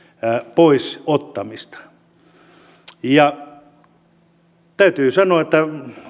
pois ottamista täytyy sanoa että